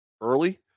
early